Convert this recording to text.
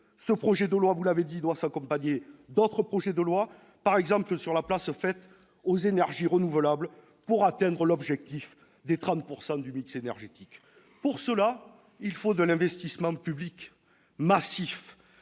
Ce projet de loi, vous l'avez dit, doit s'accompagner d'autres projets de loi, notamment sur la place faite aux énergies renouvelables, l'objectif étant d'atteindre la part de 30 % du mix énergétique. Pour ce faire, il faut un investissement public massif